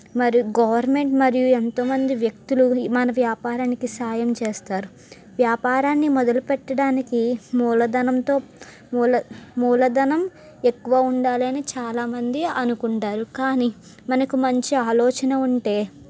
మరి గవర్నమెంట్ మరియు ఎంతోమంది వ్యక్తులు మన వ్యాపారానికి సాయం చేస్తారు వ్యాపారాన్ని మొదలుపెట్టడానికి మూలధనంతో మూల మూలధనం ఎక్కువ ఉండాలని చాలామంది అనుకుంటారు కానీ మనకు మంచి ఆలోచన ఉంటే